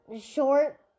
Short